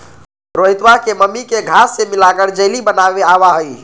रोहितवा के मम्मी के घास्य मिलाकर जेली बनावे आवा हई